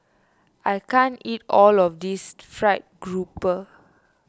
I can't eat all of this Fried Grouper